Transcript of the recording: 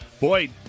boy